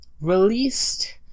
released